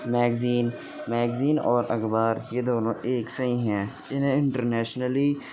magazine magazine اور اخبار یہ دونوں ایک سے ہی ہیں انہیں اںٹرنیشنلی